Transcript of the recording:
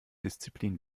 disziplin